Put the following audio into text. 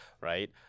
right